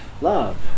Love